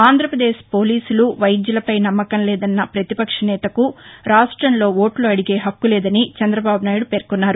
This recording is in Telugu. ఆంధ్రప్రదేశ్ పోలీసులు వైద్యులపై నమ్మకం లేదన్న ప్రతిపక్ష నేతకు రాష్టంలో ఓట్లు అదిగే హక్కులేదని చంద్రబాబునాయుడు పేర్కొన్నారు